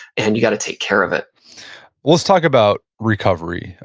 and you got to take care of it let's talk about recovery.